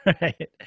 Right